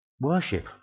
Worship